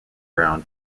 brown